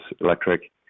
electric